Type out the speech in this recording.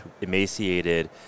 emaciated